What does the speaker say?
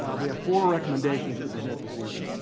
we have four recommendations to present this evening.